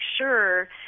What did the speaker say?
sure